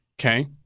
Okay